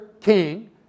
king